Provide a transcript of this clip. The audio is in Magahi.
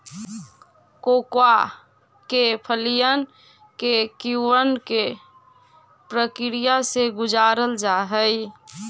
कोकोआ के फलियन के किण्वन के प्रक्रिया से गुजारल जा हई